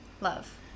love